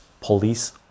police